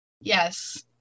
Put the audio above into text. yes